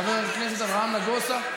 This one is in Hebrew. חבר הכנסת איימן עודה,